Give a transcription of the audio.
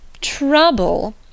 Trouble